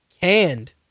canned